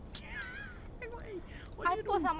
tengok eh what did you do